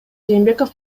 жээнбеков